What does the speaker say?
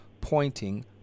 pointing